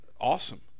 awesome